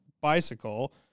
bicycle